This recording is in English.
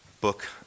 book